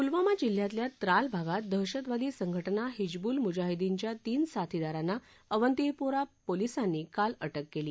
पुलवामा जिल्ह्यातल्या त्राल भागात दहशतवादी संघटना हिजबुल मुजाहिदीनच्या तीन साथीदारांना अवंतीपोरा पोलिसांनी काल अटक केली